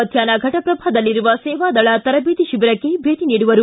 ಮಧ್ವಾಪ್ನ ಘಟಪ್ರಭಾದಲ್ಲಿರುವ ಸೇವಾದಳ ತರಬೇತಿ ಶಿಬಿರಕ್ಕೆ ಭೇಟಿ ನೀಡುವರು